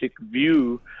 view